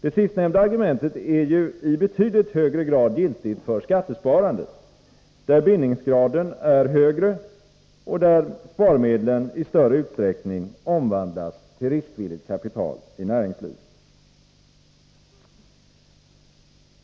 Det sistnämnda argumentet är jui betydligt högre grad giltigt för skattesparandet, där bindningsgraden är högre och där sparmedlen i större utsträckning omvandlas till riskvilligt kapital i näringslivet.